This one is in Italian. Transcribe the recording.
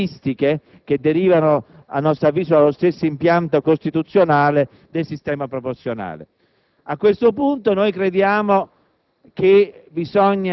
avendo perso le caratteristiche che derivano, a nostro avviso, dallo stesso impianto costituzionale del sistema proporzionale. A questo punto, crediamo